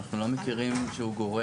שאנחנו לא מכירים, שהוא גורף